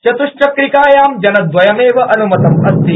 चत्ष्चक्रिकायां जनद्वयमेव अन्मतम् अस्ति